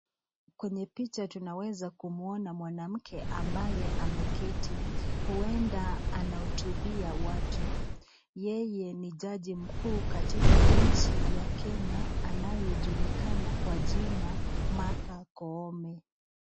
Kwenye picha tunaweza kumuona mwanamke ambaye ameketi. Huenda anahutubia watu. Yeye ni jaji mkuu katika nchi ya Kenya anayejulikana kwa jina, Martha Koome.